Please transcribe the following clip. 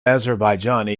azerbaijani